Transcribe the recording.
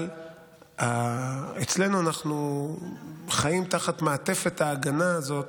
אבל אצלנו אנחנו חיים תחת מעטפת ההגנה הזאת